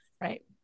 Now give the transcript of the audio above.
Right